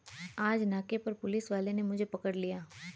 आज नाके पर पुलिस वाले ने मुझे पकड़ लिया